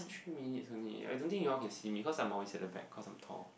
three minutes only I don't think you all can see me because I'm always at the back cause I'm tall